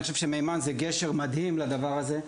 אני חושב שזה גשר מדהים לדבר הזה.